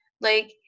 Like-